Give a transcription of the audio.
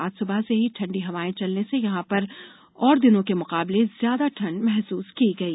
आज सुबह से ही ठंडी हवाए चलने से यहां पर ओर दिनों के मुकाबले ज्यादा ठंड महसूस की गई